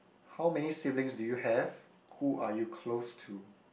how many siblings do you have who are you close to